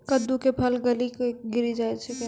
कददु के फल गली कऽ गिरी जाय छै कैने?